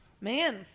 Man